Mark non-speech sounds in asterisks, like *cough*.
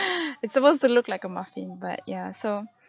*breath* it's supposed to look like a muffin but ya so